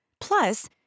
Plus